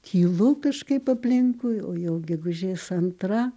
kylu kažkaip aplinkui o jau gegužės antra